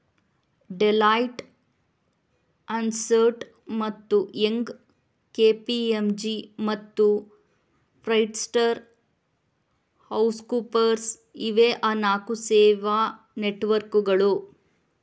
Deloitte, Ernst ಮತ್ತು Young, KPMG ಮತ್ತು PricewaterhouseCoopers ಇವೇ ಆ ನಾಲ್ಕು ಸೇವಾ ನೆಟ್ವರ್ಕ್ಕುಗಳು